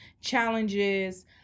challenges